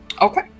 Okay